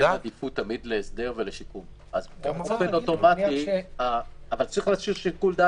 שהדבר אינו מספיק לחלק מהענפים.